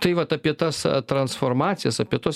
tai vat apie tas transformacijas apie tuos